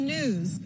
News